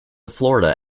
florida